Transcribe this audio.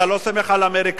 אתה לא סומך על האמריקנים?